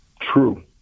True